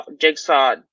Jigsaw